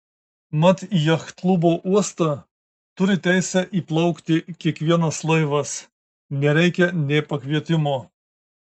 mat į jachtklubo uostą turi teisę įplaukti kiekvienas laivas nereikia nė pakvietimo